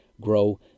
grow